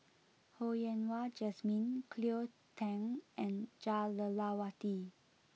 Ho Yen Wah Jesmine Cleo Thang and Jah Lelawati